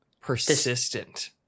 Persistent